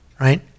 right